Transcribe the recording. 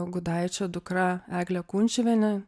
gudaičio dukra egle kunčiuviene